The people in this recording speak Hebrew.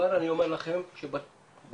אני אומר לכם שבנורמות